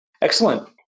Excellent